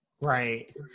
Right